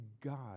God